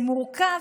זה מורכב.